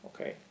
okay